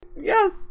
yes